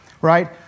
right